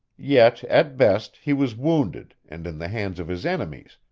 yet, at best, he was wounded and in the hands of his enemies,